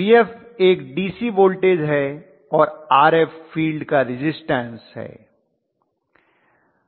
Vf एक DC voltage है और Rf फील्ड का रिज़िस्टन्स है